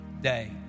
day